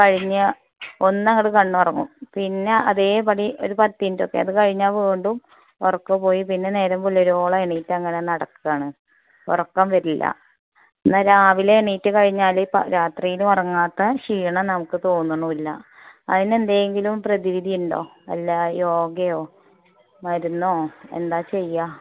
കഴിഞ്ഞ് ഒന്ന് അങ്ങോട്ട് കണ്ണ് ഉറങ്ങും പിന്നെ അതേപടി ഒരു പത്ത് മിനിറ്റ് ഒക്കെ അത് കഴിഞ്ഞാൽ വീണ്ടും ഉറക്കം പോയി പിന്നെ നേരം പുലരുവോളം എണ്ണീറ്റങ്ങനെ നടക്കുകയാണ് ഉറക്കം വരില്ല എന്നാൽ രാവിലെ എണ്ണീറ്റ് കഴിഞ്ഞാൽ രാത്രിയിൽ ഉറങ്ങാത്ത ക്ഷീണം നമുക്ക് തോന്നുന്നുമില്ല അതിനെന്തെങ്കിലും പ്രതിവിധി ഉണ്ടോ വല്ല യോഗയോ മരുന്നോ എന്താണ് ചെയ്യുക